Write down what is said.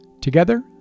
Together